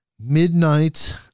midnight